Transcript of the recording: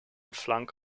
flank